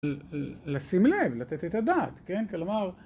‫לשים לב, לתת את הדעת, כן? ‫כלומר...